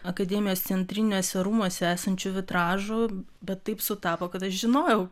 akademijos centriniuose rūmuose esančių vitražų bet taip sutapo kad aš žinojau